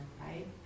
right